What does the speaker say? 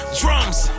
drums